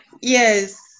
Yes